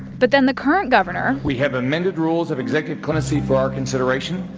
but then the current governor. we have amended rules of executive clemency for our consideration.